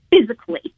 physically